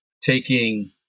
taking